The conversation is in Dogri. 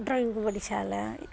ड्राइंग बड़ी शैल ऐ